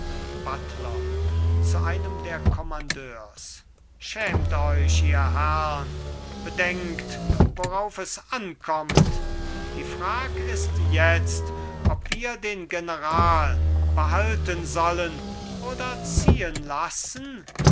buttler zu einem der kommandeurs schämt euch ihr herrn bedenkt worauf es ankommt die frag ist jetzt ob wir den general behalten sollen oder ziehen lassen